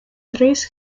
três